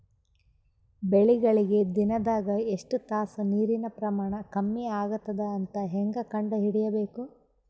ಬೆಳಿಗಳಿಗೆ ದಿನದಾಗ ಎಷ್ಟು ತಾಸ ನೀರಿನ ಪ್ರಮಾಣ ಕಮ್ಮಿ ಆಗತದ ಅಂತ ಹೇಂಗ ಕಂಡ ಹಿಡಿಯಬೇಕು?